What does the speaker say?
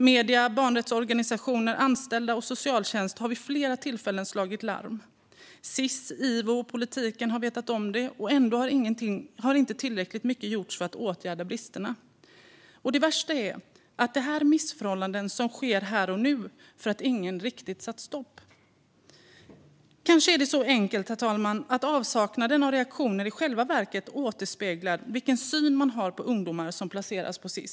Medierna, barnrättsorganisationer, anställda och socialtjänst har vid flera tillfällen slagit larm. Sis, IVO och politiken har vetat om det. Ändå har inte tillräckligt mycket gjorts för att åtgärda bristerna. Det värsta är att det här är missförhållanden som sker här och nu för att ingen riktigt satt stopp. Kanske är det så enkelt, herr talman, att avsaknaden av reaktioner i själva verket återspeglar vilken syn man har på ungdomar som placeras på Sis.